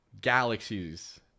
galaxies